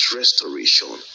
restoration